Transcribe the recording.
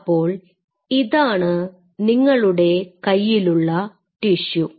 അപ്പോൾ ഇതാണ് നിങ്ങളുടെ കയ്യിലുള്ള ടിഷ്യു